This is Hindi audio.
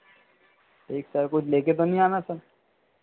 ठीक सर कुछ ले कर तो नहीं आना सर